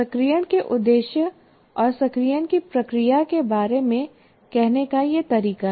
सक्रियण के उद्देश्य और सक्रियण की प्रक्रिया के बारे में कहने का यह तरीका है